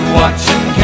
watching